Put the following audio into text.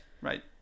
right